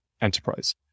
enterprise